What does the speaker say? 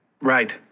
Right